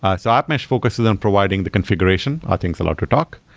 ah so app mesh focuses on providing the configuration. are things allowed to talk?